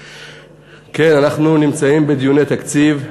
כן, אנחנו נמצאים בדיוני תקציב,